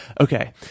Okay